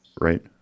right